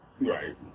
Right